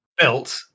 built